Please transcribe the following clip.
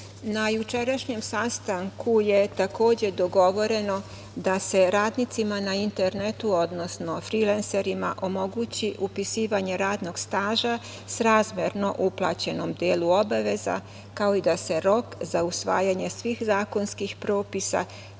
jučerašnjem sastanku je takođe dogovoreno da se radnicima na internetu, odnosno frilenserima omogući upisivanje radnog staža srazmerno uplaćenom delu obaveza, kao i da se rok za usvajanje svih zakonskih propisa,